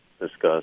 discussed